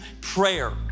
prayer